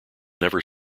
never